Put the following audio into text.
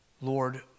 Lord